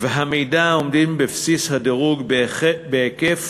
והמידע העומדים בבסיס הדירוג בהיקף